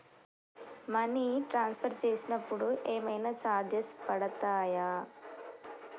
Money transfer చేసినప్పుడు ఏమైనా charges పడతయా?